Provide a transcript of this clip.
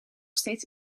steeds